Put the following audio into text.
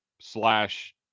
slash